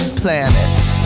planets